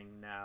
now